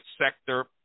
sector